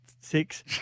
six